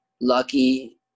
lucky